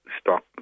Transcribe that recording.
stock